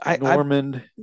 Norman